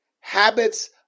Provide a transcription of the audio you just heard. habits